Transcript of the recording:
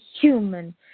human